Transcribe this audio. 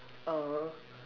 oh